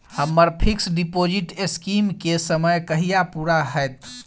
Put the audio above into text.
हम्मर fix deposit scheme केँ समय कहिया पूरा हैत?